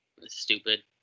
stupid